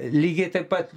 lygiai taip pat